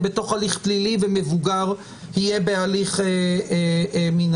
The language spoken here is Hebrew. בתוך הליך פלילי ומבוגר יהיה בהליך מינהלי.